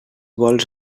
vols